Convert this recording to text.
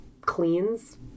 cleans